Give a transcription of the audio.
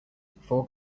four